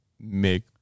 make